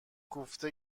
کوفته